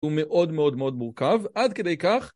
הוא מאוד מאוד מאוד מורכב, עד כדי כך.